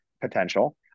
potential